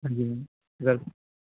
ਹਾਂਜੀ ਵੈਲਕਮ